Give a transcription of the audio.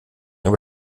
über